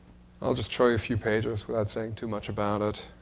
i'll just show you a few pages without saying too much about it,